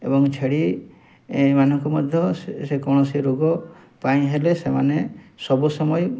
ଏବଂ ଛେଳିମାନଙ୍କୁ ମଧ୍ୟ ସେ କୌଣସି ରୋଗ ପାଇଁ ହେଲେ ସେମାନେ ସବୁ ସମୟରେ